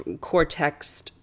cortex